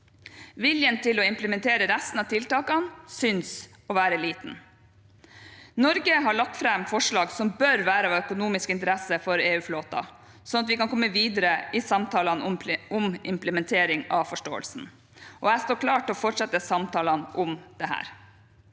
Viljen til å implementere resten av tiltakene synes å være liten. Norge har lagt fram forslag som bør være av økonomisk interesse for EU-flåten, sånn at vi kan komme videre i samtalene om implementering av forståelsen, og jeg står klar til å fortsette samtalene om dette.